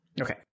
okay